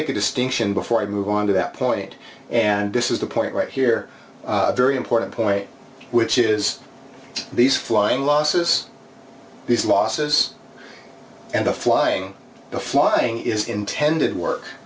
make a distinction before i move on to that point and this is the point right here very important point which is these flying losses these losses and the flying the flying is intended w